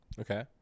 Okay